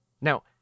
Now